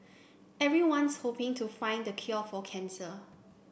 everyone's hoping to find the cure for cancer